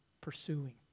pursuing